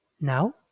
Now